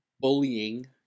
bullying